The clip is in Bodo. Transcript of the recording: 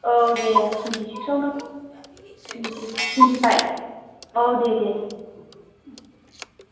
औ दे टुवेन्टि सिक्सआवनो टुवेन्टि फाइभ औ दे दे